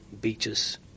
beaches